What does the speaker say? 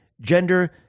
Gender